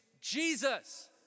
Jesus